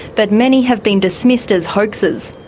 but many have been dismissed as hoaxes.